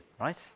right